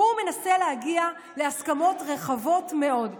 הוא מנסה להגיע להסכמות רחבות מאוד.